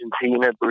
Argentina